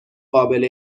قابل